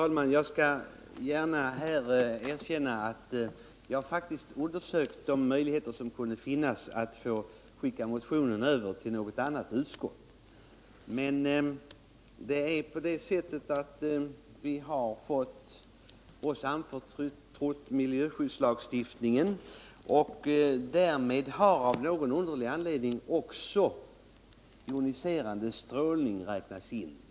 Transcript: Herr talman! Jag har faktiskt undersökt möjligheterna att sända över motionen till något annat utskott. Men vi har fått oss anförtrodd miljölagstiftningen, och där har av någon underlig anledning också joniserande strålning räknats in.